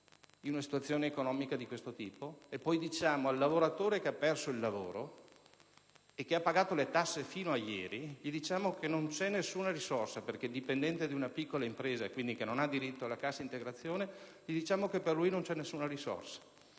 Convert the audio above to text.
in una situazione economica di questo tipo? E poi diciamo al lavoratore che ha perso il lavoro e che ha pagato le tasse fino a ieri, che era dipendente di una piccola impresa e quindi non ha diritto alla cassa integrazione, che per lui non c'è alcuna risorsa.